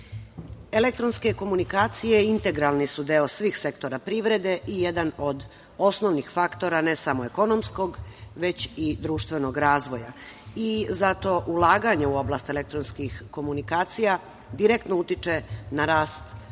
rezultate. Elektronske komunikacije integralni su deo svih sektora privrede i jedan od osnovnih faktora, ne samo ekonomskog, već i društvenog razvoja. Zato ulaganje u oblast elektronskih komunikacija direktno utiče na rast BDP,